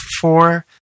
four